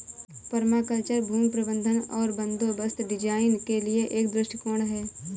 permaculture भूमि प्रबंधन और बंदोबस्त डिजाइन के लिए एक दृष्टिकोण है